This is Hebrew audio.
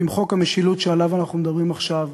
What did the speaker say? בחוק המשילות שעליו אנחנו מדברים עכשיו,